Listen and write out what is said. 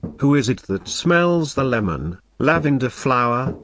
who is it that smells the lemon, lavender flower,